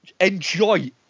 Enjoy